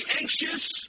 anxious